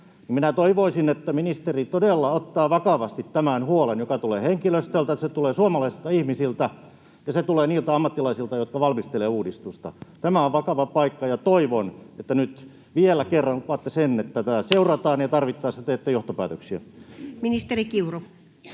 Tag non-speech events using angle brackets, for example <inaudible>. toivoisin, että ministeri todella ottaa vakavasti tämän huolen, joka tulee henkilöstöltä. Se tulee suomalaisilta ihmisiltä, ja se tulee niiltä ammattilaisilta, jotka valmistelevat uudistusta. Tämä on vakava paikka, ja toivon, että nyt vielä kerran lupaatte sen, että tätä seurataan, <noise> ja tarvittaessa teette johtopäätöksiä. Ministeri Kiuru.